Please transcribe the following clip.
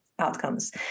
outcomes